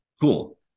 cool